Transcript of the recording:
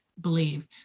believe